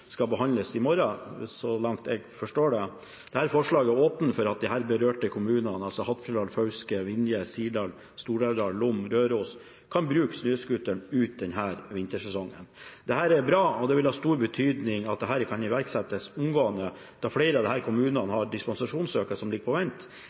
skal behandles i morgen, så langt jeg forstår det. Dette forslaget åpner for at de berørte kommunene, Hattfjelldal, Fauske, Vinje, Sirdal, Stor-Elvdal, Lom og Røros, kan bruke snøskuteren ut denne vintersesongen. Dette er bra, og det vil ha stor betydning at dette kan iverksettes omgående, da flere av disse kommunene har dispensasjonssøknader som ligger på vent.